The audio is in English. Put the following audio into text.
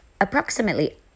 approximately